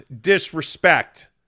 disrespect